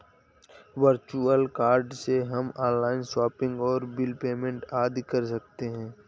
virtual card से हम online shopping और बिल पेमेंट आदि कर सकते है